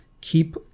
keep